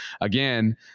again